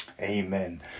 Amen